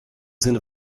sinne